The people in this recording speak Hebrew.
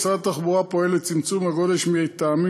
משרד התחבורה פועל לצמצום הגודש מהטעמים